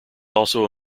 also